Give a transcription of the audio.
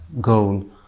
goal